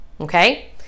okay